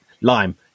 lime